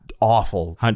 awful